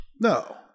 No